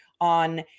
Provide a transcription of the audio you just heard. on